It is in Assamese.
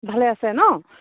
ভালে আছে ন